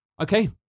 Okay